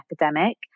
epidemic